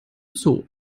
zoo